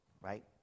Right